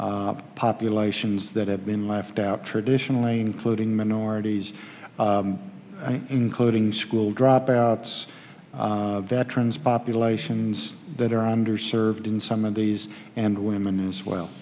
populations that have been left out traditionally including minorities including school dropouts veterans populations that are under served in some of these and women as well